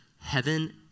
heaven